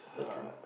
your turn